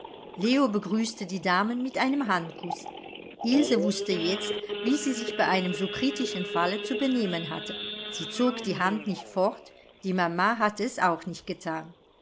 leo begrüßte die damen mit einem handkuß ilse wußte jetzt wie sie sich bei einem so kritischen falle zu benehmen hatte sie zog die hand nicht fort die mama hatte es auch nicht gethan